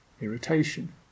irritation